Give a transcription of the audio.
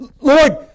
Lord